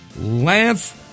Lance